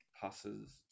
passes